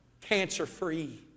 Cancer-free